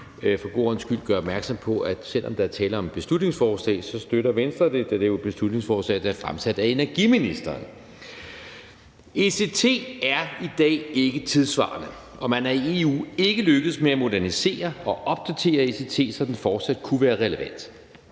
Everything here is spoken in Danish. for god ordens skyld gøre opmærksom på, at selv om der er tale om et beslutningsforslag, støtter Venstre det, da det jo er et beslutningsforslag, der er fremsat af energiministeren. ECT er i dag ikke tidssvarende, og man er i EU ikke lykkedes med at modernisere og opdatere ECT, så den fortsat kunne være relevant.